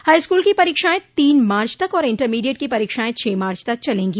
high school की परीक्षाएं तीन मार्च तक और इंटरमीडिएट की परीक्षाएं छह मार्च तक चलेंगी